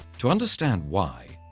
to understand why,